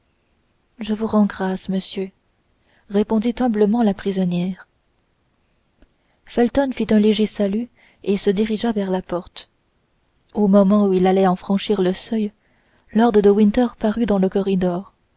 je vous rends grâce monsieur répondit humblement la prisonnière felton fit un léger salut et se dirigea vers la porte au moment où il allait en franchir le seuil lord de winter parut dans le corridor